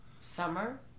summer